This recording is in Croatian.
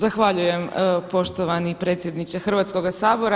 Zahvaljujem poštovani predsjedniče Hrvatskoga sabora.